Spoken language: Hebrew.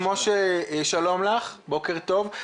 אני מעלה את התמונה שהיא טובה מאלף מילים.